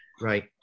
right